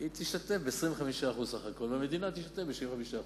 היא תשתתף ב-25% בסך-הכול והמדינה תשתתף ב-75%.